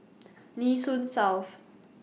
Nee Soon South